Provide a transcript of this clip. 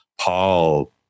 Paul